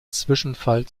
zwischenfall